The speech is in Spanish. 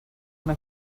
una